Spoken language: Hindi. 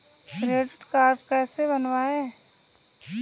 क्रेडिट कार्ड कैसे बनवाएँ?